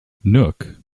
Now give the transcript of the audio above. nook